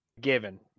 given